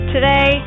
Today